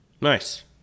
Nice